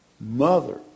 mother